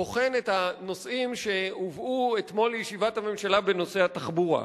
בוחן את הנושאים שהובאו אתמול לישיבת הממשלה בנושא התחבורה.